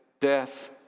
death